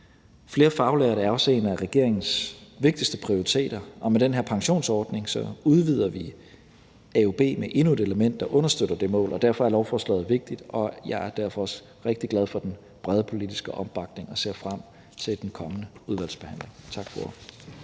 Flere faglærte er også en af regeringens vigtigste prioriteter, og med den her pensionsordning udvider vi AUB med endnu et element, der understøtter det mål, og derfor er lovforslaget vigtigt. Jeg er derfor også rigtig glad for den brede politiske opbakning og ser frem til den kommende udvalgsbehandling. Tak for